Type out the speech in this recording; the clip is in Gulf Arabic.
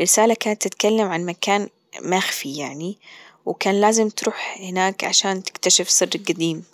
رسالة كانت تتكلم عن مكان مخفي يعني وكان لازم تروح هناك عشان تكتشف سر جديم.